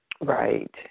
Right